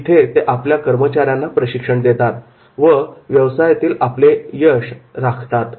इथे ते आपल्या कर्मचाऱ्यांना प्रशिक्षण देतात आणि व्यवसायातील आपले यश राखतात